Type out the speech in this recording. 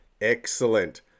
Excellent